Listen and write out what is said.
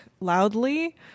loudly